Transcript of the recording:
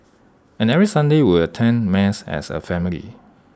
and every Sunday we would attend mass as A family